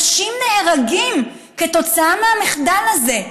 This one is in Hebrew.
אנשים נהרגים כתוצאה מהמחדל הזה.